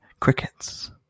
crickets